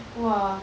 !wah!